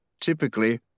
typically